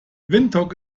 windhoek